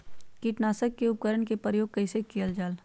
किटनाशक उपकरन का प्रयोग कइसे कियल जाल?